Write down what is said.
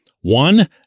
One